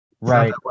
Right